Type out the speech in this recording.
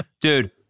Dude